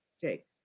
Jake